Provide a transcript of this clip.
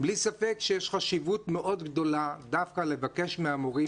בלי ספק שיש חשיבות מאוד גדולה דווקא לבקש מהורים